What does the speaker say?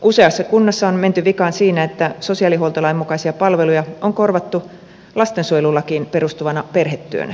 useassa kunnassa on menty vikaan siinä että sosiaalihuoltolain mukaisia palveluja on korvattu lastensuojelulakiin perustuvana perhetyönä